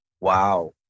Wow